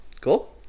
Cool